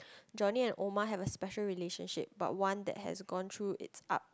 Johnny and Omar have a special relationship but one that has gone through it's up